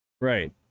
right